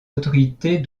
autorités